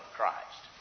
Christ